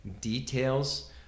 details